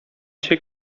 cię